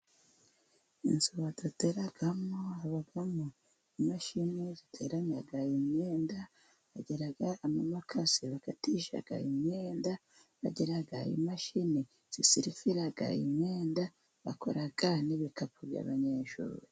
Inzu badoderamo, habamo imashini ziteranya imyenda, bagira amamakasi bakatisha imyenda bagira imashini zisifira imyenda, bakora n'ibikapu by'abanyeshuri.